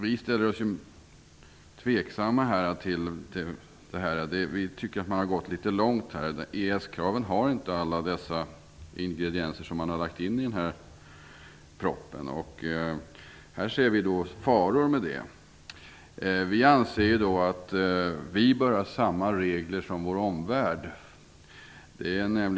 Vi är tveksamma och tycker att man har gått väl långt. EES-kraven har inte alla de ingredienser som man har lagt in i den här propositionen. Vi ser faror i detta. Vi anser att Sverige bör ha samma regler som omvärlden.